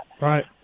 Right